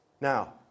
Now